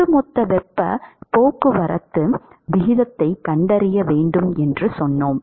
ஒட்டுமொத்த வெப்பப் போக்குவரத்து விகிதத்தைக் கண்டறிய வேண்டும் என்று சொன்னோம்